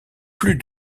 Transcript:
plus